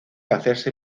hacerse